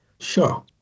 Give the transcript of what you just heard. Sure